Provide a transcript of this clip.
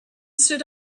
stood